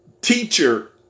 teacher